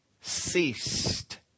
ceased